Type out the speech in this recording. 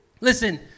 Listen